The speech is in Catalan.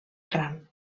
gran